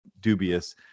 dubious